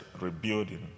rebuilding